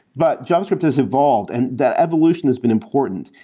but javascript has evolved and the evolution has been important.